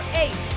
eight